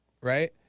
right